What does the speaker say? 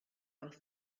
aus